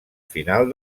final